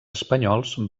espanyols